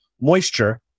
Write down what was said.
moisture